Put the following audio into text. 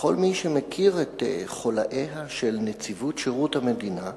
וכל מי שמכיר את חולאיה של נציבות שירות המדינה,